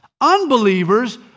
Unbelievers